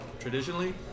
traditionally